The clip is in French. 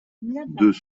deux